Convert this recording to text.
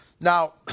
Now